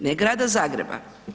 Ne grada Zagreba.